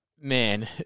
man